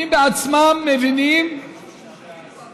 הם בעצמם מבינים, רק על החוק.